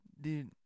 Dude